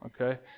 okay